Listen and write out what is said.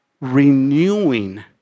renewing